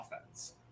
offense